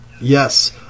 Yes